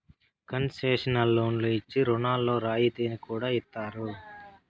concessional లోన్లు ఇచ్చిన రుణాల్లో రాయితీని కూడా ఇత్తారు